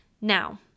Now